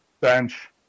bench